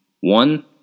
one